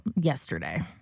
yesterday